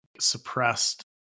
suppressed